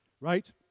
right